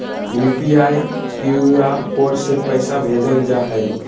UPI, QR code से पैसा भेजल जा हइ